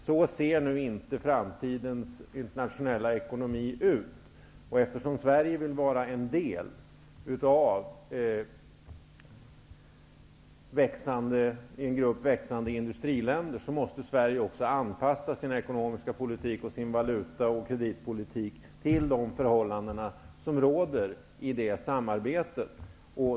Så ser nu inte framtidens internationella ekonomi ut. Eftersom Sverige vill vara en del av en växande grupp industriländer, måste Sverige också anpassa sin ekonomiska politik och sin valuta och kreditpolitik till de förhållanden som råder i detta samarbete.